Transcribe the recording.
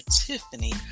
Tiffany